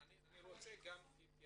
אני מבקש גם שתתייחס